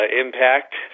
impact